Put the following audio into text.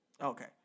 Okay